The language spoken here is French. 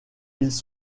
ils